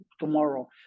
tomorrow